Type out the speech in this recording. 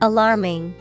Alarming